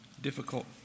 difficult